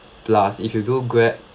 plus if you do grab